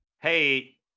Hey